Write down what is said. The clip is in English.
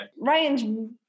Ryan's